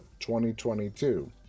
2022